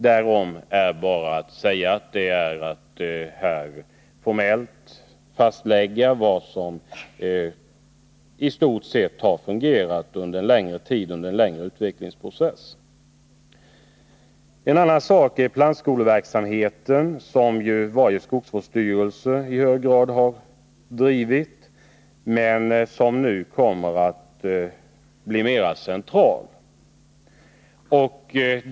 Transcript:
Därom är bara att säga att det är fråga om att formellt fastlägga ett system, såsom det i stort sett nu fungerar efter en längre utvecklingsprocess. En annan sak är plantskoleverksamheten, som varje skogsvårdsstyrelse i hög grad har bedrivit men som nu kommer att bli mer centraliserad.